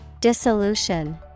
Dissolution